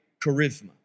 charisma